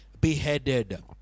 beheaded